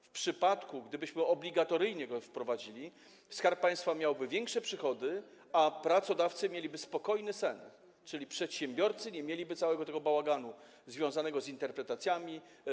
W przypadku gdybyśmy obligatoryjnie go wprowadzili, Skarb Państwa miałby większe przychody, a pracodawcy mieliby spokojny sen, czyli przedsiębiorcy nie mieliby całego tego bałaganu związanego z interpretacjami.